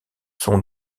sont